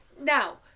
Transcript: Now